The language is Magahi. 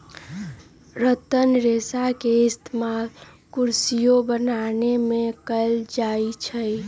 रतन रेशा के इस्तेमाल कुरसियो बनावे में कएल जाई छई